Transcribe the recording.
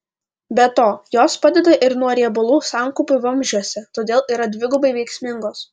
be to jos padeda ir nuo riebalų sankaupų vamzdžiuose todėl yra dvigubai veiksmingos